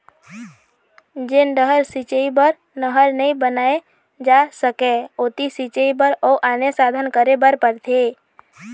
जेन डहर सिंचई बर नहर नइ बनाए जा सकय ओती सिंचई बर अउ आने साधन करे बर परथे